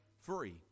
free